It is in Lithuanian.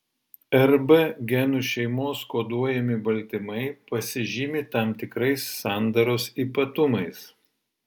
rb genų šeimos koduojami baltymai pasižymi tam tikrais sandaros ypatumais